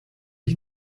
ich